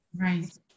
Right